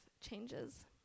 changes